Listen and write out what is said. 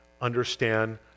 understand